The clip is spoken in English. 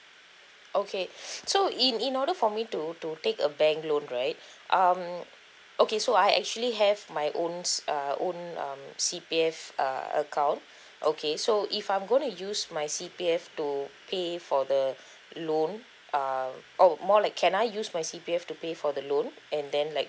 okay so in in order for me to to take a bank loan right um okay so I actually have my own s~ um own C_P_F account okay so if I'm gonna use my C_P_F to pay for the loan uh oh more like can I use my C_P_F to pay for the loan and then like